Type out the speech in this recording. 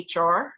HR